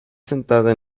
asentada